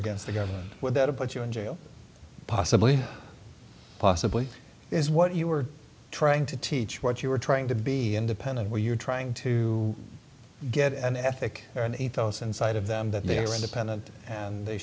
against the government without a but you in jail possibly possibly is what you were trying to teach what you were trying to be independent where you're trying to get an ethic and ethos inside of them that they are independent and they